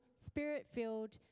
spirit-filled